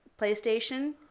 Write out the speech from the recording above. PlayStation